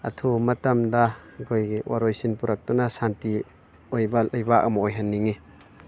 ꯑꯊꯨꯕ ꯃꯇꯝꯗ ꯑꯩꯈꯣꯏꯒꯤ ꯋꯥꯔꯣꯏꯁꯤꯟ ꯄꯨꯔꯛꯇꯨꯅ ꯁꯥꯟꯇꯤ ꯑꯣꯏꯕ ꯂꯩꯕꯥꯛ ꯑꯃ ꯑꯣꯏꯍꯟꯅꯤꯡꯉꯤ